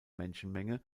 menschenmenge